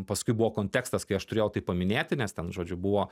paskui buvo kontekstas kai aš turėjau tai paminėti nes ten žodžiu buvo